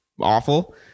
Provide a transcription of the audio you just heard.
awful